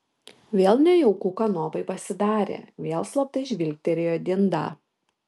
vėl nejauku kanopai pasidarė vėl slaptai žvilgterėjo dindą